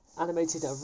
animated